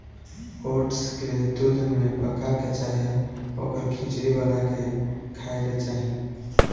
oats के दूध में पका के चाहे ओकर खिचड़ी बना के खाए के चाही